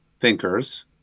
thinkers